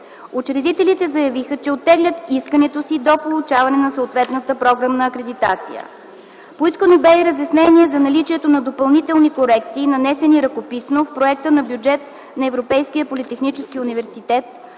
Учредителите заявиха, че оттеглят искането си до получаване на съответната програмна акредитация. Поискано бе и разяснение за наличието на допълнителни корекции, нанесени ръкописно в проекта на бюджет на Европейския политехнически университет